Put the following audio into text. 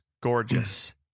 gorgeous